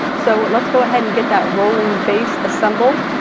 so but let's go ahead and get that rolling base assembled.